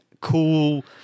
cool